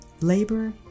Labor